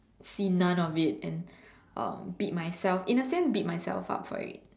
see none of it and um beat myself in a sense beat myself up for it